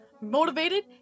Motivated